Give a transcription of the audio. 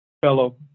fellow